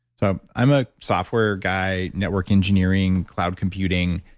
so i'm a software guy, network engineering, cloud computing,